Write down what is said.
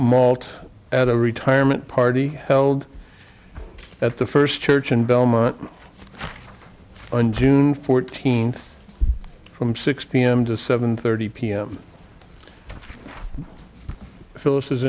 malt at a retirement party held at the first church in belmont on june fourteenth from six p m to seven thirty p m phyllis is